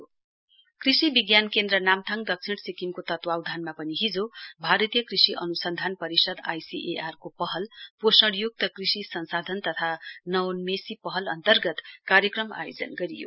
पोषण मह I C R कृषि विज्ञान केन्द्र नाम्थाङ दक्षिण सिक्किमको तत्वाधानमा पनि हिजो भारतीय कृषि अनुसन्धान परिषद आइ सी आर को पहल पोषण युक्त कृषि संसाधन तथा नवोन्मोषी पहल अन्तर्गत कार्यक्रम आयोजन गरियो